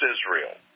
Israel